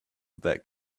that